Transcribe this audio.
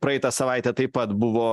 praeitą savaitę taip pat buvo